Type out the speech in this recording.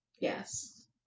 Yes